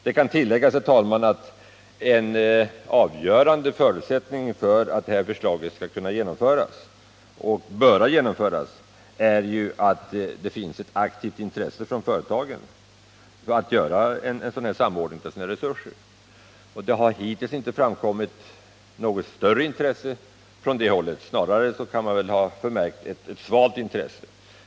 Det kan tilläggas, herr talman, att en avgörande förutsättning för att socialdemokraternas förslag skall kunna genomföras och bör genomföras är att det finns ett aktivt intresse från företagen för att samordna sina resurser. Det har hittills inte framkommit något större intresse från det hållet. Snarare har det förmärkts ett svalt intresse.